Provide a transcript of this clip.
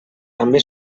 també